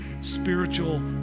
spiritual